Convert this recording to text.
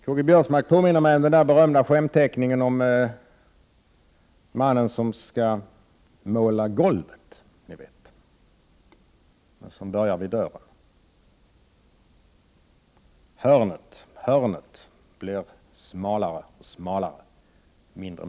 Karl-Göran Biörsmark påminner om den berömda skämtteckningen med mannen som skall måla golvet och som börjar vid dörren. Hörnet blir mindre och mindre.